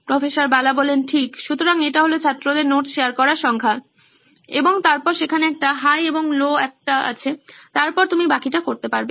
প্রফ্ বালা ঠিক সুতরাং এটা হল ছাত্রদের নোটস শেয়ার করার সংখ্যা এবং তারপর সেখানে একটা হাই এবং একটা লো আছে এবং তারপর তুমি বাকিটা করতে পারবে